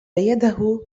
يده